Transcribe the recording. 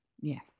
Yes